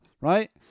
right